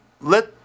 let